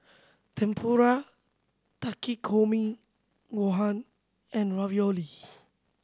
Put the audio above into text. Tempura Takikomi Gohan and Ravioli